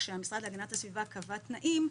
כשהמשרד להגנת הסביבה קבע תנאים,